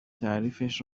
تعریفش